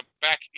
back